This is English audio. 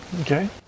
Okay